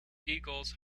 eagles